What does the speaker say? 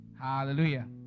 Hallelujah